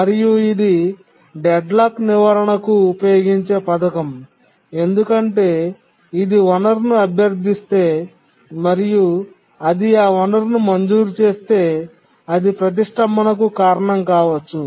మరియు ఇది డెడ్లాక్ నివారణకు ఉపయోగించే పథకం ఎందుకంటే ఇది వనరును అభ్యర్థిస్తే మరియు అది ఆ వనరును మంజూరు చేస్తే అది ప్రతిష్ఠంభనకు కారణం కావచ్చు